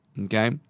okay